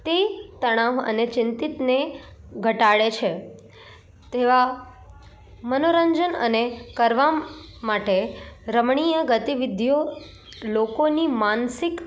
તે તણાવ અને ચિંતિતને ઘટાડે છે તેવા મનોરંજન અને કરવા માટે રમણીય ગતિવિધિઓ લોકોની માનસિક